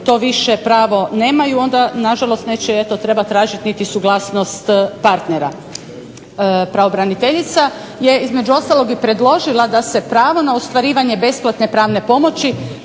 to više pravo nemaju onda na žalost neće eto trebati tražiti niti suglasnost partnera. Pravobraniteljica je između ostalog i predložila da se pravo na ostvarivanje besplatne pravne pomoći